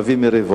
הוא מביא מריבות.